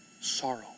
sorrow